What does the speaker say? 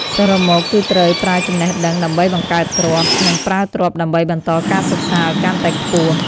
សរុបមក គឺត្រូវប្រើចំណេះដឹងដើម្បីបង្កើតទ្រព្យ និងប្រើទ្រព្យដើម្បីបន្តការសិក្សាឱ្យកាន់តែខ្ពស់។